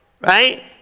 right